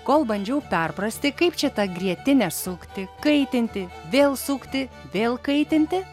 kol bandžiau perprasti kaip čia tą grietinę sukti kaitinti vėl sukti vėl kaitinti